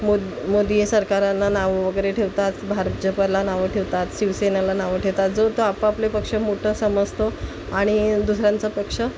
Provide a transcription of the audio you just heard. मो मोदीय सरकारांना नावं वगैरे ठेवतात भारत जपला नावं ठेवतात शिवसेनाला नावं ठेवतात जो तो आपापले पक्ष मोठं समजतो आणि दुसऱ्यांचं पक्ष